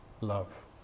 love